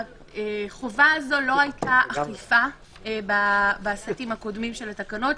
החובה הזו לא היתה אכיפה בסטים הקודמים של התקנות.